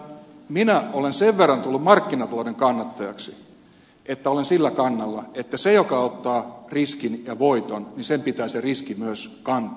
petri salo sanon että minä olen sen verran tullut markkinatalouden kannattajaksi että olen sillä kannalla että sen joka ottaa riskin ja voiton pitää se riski myös kantaa